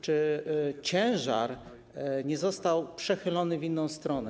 Czy ciężar nie został przechylony w inną stronę?